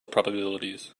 probabilities